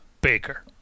Baker